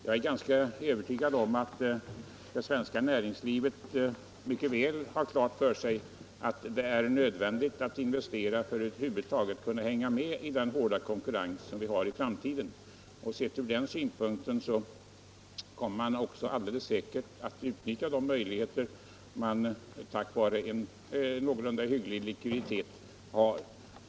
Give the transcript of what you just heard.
Jag är ganska övertygad om att det svenska näringslivet mycket väl har klart för sig att det är nödvändigt att investera för att över huvud taget kunna hänga med i den hårda konkurrens som vi får i framtiden. Man kommer alldeles säkert att utnyttja de möjligheter som man har tack vare en någorlunda hygglig likviditet.